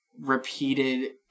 repeated